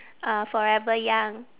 uh forever young